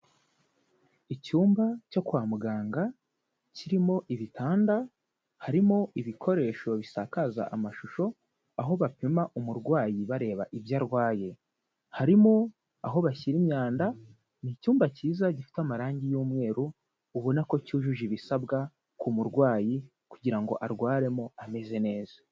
Icyumba cyo kwa muganga kirimo ibitanda, harimo ibikoresho bisakaza amashusho, aho bapima umurwayi bareba ibyo arwaye, harimo aho bashyira imyanda, ni icyumba cyiza gifite amarangi y'umweru ubona ko cyujuje ibisabwa ku murwayi, kugira ngo arwaremo ameze neza.